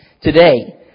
today